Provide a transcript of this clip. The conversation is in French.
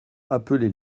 appeler